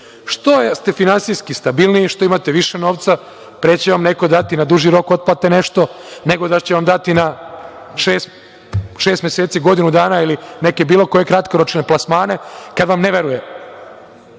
što ste finansijski stabilniji, što imate više novca, pre će vam neko dati na duži rok otplate nešto nego da će vam dati na šest meseci, godinu dana ili neke bilo koje kratkoročne plasmane, kada vam ne veruje.